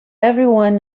everyone